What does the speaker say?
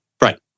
right